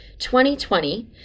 2020